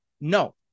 No